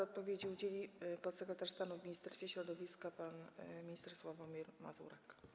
Odpowiedzi udzieli podsekretarz stanu w Ministerstwie Środowiska pan minister Sławomir Mazurek.